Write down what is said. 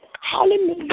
Hallelujah